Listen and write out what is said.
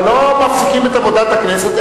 אבל לא מפסיקים את עבודת הכנסת,